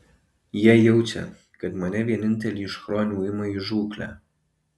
jie jaučia kad mane vienintelį iš chronių ima į žūklę